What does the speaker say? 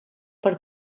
pels